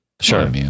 Sure